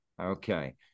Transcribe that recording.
okay